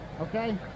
okay